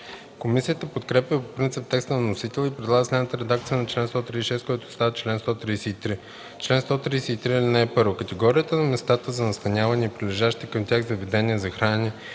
Комисията подкрепя по принцип текста на вносителя и предлага следната редакция на чл. 136, който става чл. 133: „Чл. 133. (1) Категорията на местата за настаняване и прилежащите към тях заведения за хранене